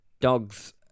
dogs